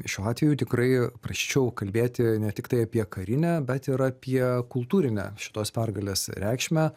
šiuo atveju tikrai prasčiau kalbėti ne tiktai apie karinę bet ir apie kultūrinę šitos pergalės reikšmę